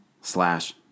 slash